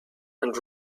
and